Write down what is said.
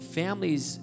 families